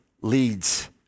leads